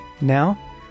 now